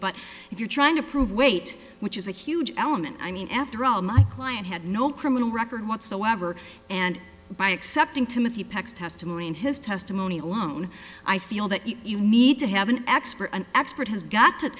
but if you're trying to prove weight which is a huge element i mean after all my client had no criminal record whatsoever and by accepting timothy pecks testimony in his testimony alone i feel that you need to have an expert an expert has got to